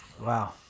Wow